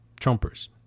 Trumpers